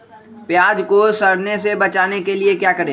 प्याज को सड़ने से बचाने के लिए क्या करें?